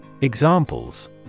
Examples